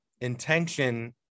intention